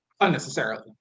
unnecessarily